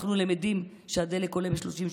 אנחנו למדים שהדלק עולה ב-33 אגורות,